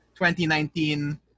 2019